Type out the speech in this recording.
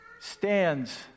stands